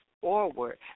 forward